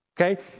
Okay